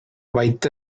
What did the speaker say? வைத்த